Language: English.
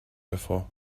before